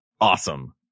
awesome